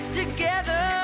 together